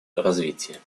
развитие